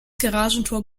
garagentor